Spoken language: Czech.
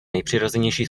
nejpřirozenější